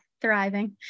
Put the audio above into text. thriving